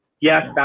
Yes